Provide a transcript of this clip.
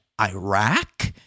Iraq